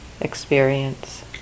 Experience